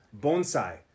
bonsai